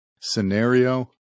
scenario